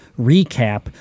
recap